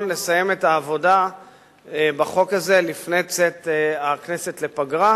לסיים את העבודה על החוק הזה לפני צאת הכנסת לפגרה,